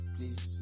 Please